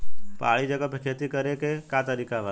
पहाड़ी जगह पर खेती करे के का तरीका बा?